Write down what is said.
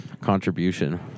contribution